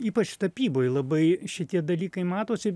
ypač tapyboj labai šitie dalykai matosi